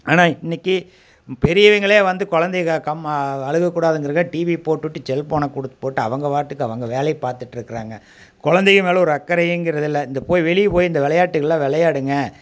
ஆனால் இன்றைக்கி பெரியவர்களே வந்து குழந்தைக கம் அழுகக் கூடாதுங்கிறங்காட்டி டிவியை போட்டு விட்டுட்டு செல் ஃபோனை கொடுத்துப்போட்டு அவங்க பாட்டுக்கு அவங்க வேலையை பார்த்துட்ருக்குறாங்க குழந்தைங்க மேலே ஒரு அக்கறைங்கிறதில்லை இந்த போய் வெளியே போய் இந்த விளையாட்டுகள்லாம் விளையாடுங்க